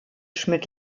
schmidt